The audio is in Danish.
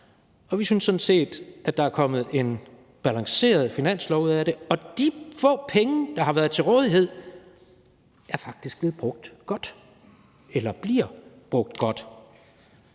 – synes vi sådan set, der er kommet en balanceret finanslov ud af det. De få penge, der har været til rådighed, er faktisk blevet brugt godt eller bliver brugt godt.